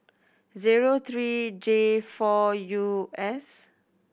zero three J four U S